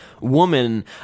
woman